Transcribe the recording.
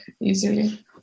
easily